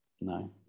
No